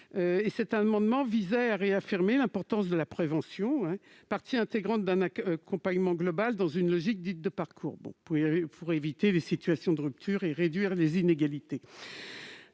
de l'autonomie. Il vise à réaffirmer l'importance de la prévention, partie intégrante d'un accompagnement global dans une logique dite de parcours, pour éviter les situations de rupture et réduire les inégalités.